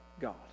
God